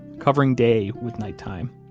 covering day with night time.